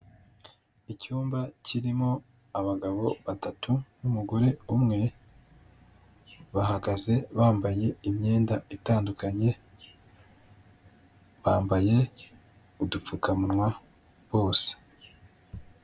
Icyumba kirimo abagabo batatu n'umugore umwe, bahagaze bambaye imyenda itandukanye, bambaye udupfukamunwa bose.